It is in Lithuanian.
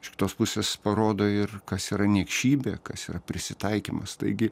iš kitos pusės parodo ir kas yra niekšybė kas yra prisitaikymas taigi